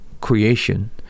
creation